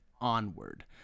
onward